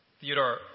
Theodore